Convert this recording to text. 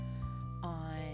on